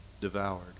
devoured